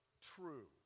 true